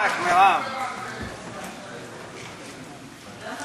תקשיבו לדיבורים של האמת שלי ולא של